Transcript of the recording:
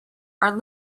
are